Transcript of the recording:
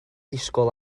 disgwyl